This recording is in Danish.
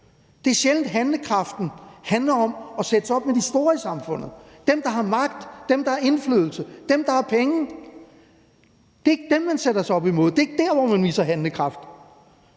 Det er sjældent, at handlekraften handler om at sætte sig op imod de store i samfundet, altså dem, der har magt, dem, der har indflydelse, og dem, der har penge. Det er ikke dem, man sætter sig op imod; det er ikke der, man viser handlekraft.